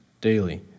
daily